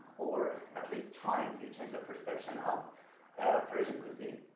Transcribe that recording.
or at least trying to change the perception of persian cuisine.